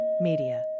Media